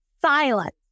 silent